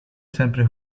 sempre